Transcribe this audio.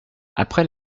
après